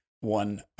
one